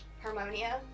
Harmonia